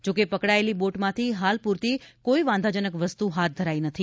જોકે પકડાયેલી બોટમાંથી હાલ પૂરતી કોઈ વાંધાજનક વસ્તુ હાથ ધરાઈ નથી